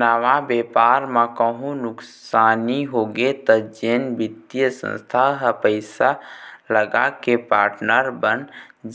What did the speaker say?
नवा बेपार म कहूँ नुकसानी होगे त जेन बित्तीय संस्था ह पइसा लगाके पार्टनर बन